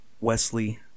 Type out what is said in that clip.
Wesley